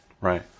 Right